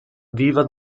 viva